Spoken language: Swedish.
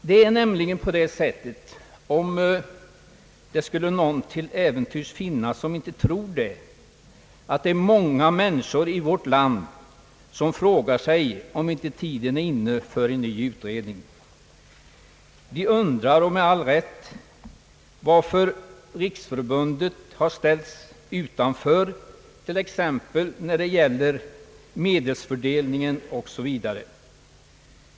Det är nämligen så — om någon till äventyrs inte skulle tro det — att många människor i vårt land frågar sig om inte tiden är inne för en ny utredning. De undrar, och med all rätt, varför riksförbundet har ställts utanför t.ex. när det gäller medelsfördelningen.